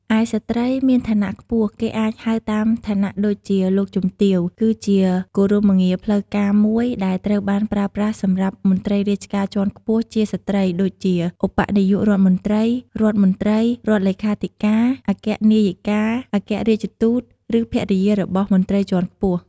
ឯស្ត្រីមានឋានៈខ្ពស់ គេអាចហៅតាមឋានៈដូចជា "លោកជំទាវ"គឺជាគោរមងារផ្លូវការមួយដែលត្រូវបានប្រើប្រាស់សម្រាប់ មន្ត្រីរាជការជាន់ខ្ពស់ជាស្ត្រីដូចជា ឧបនាយករដ្ឋមន្ត្រី រដ្ឋមន្ត្រី រដ្ឋលេខាធិការ អគ្គនាយិកា អគ្គរាជទូត ឬភរិយារបស់មន្ត្រីជាន់ខ្ពស់។